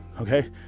okay